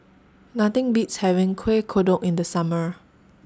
Nothing Beats having Kueh Kodok in The Summer